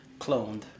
cloned